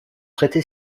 traité